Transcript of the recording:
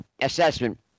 assessment